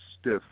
stiff